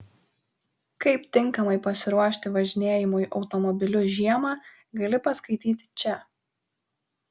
kaip tinkamai pasiruošti važinėjimui automobiliu žiemą gali paskaityti čia